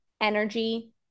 energy